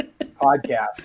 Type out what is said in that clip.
podcast